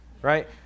right